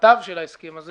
פרטי ההסכם הזה